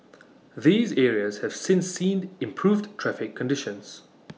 these areas have since seen improved traffic conditions